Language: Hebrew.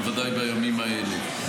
בוודאי בימים האלה.